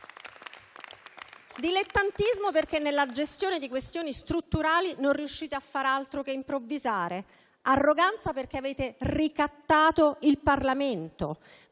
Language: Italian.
Dilettantismo perché nella gestione di questioni strutturali non riuscite a far altro che improvvisare; arroganza perché avete ricattato il Parlamento.